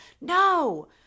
no